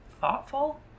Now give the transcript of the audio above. thoughtful